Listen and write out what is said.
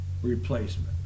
Replacement